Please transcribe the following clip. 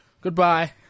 Goodbye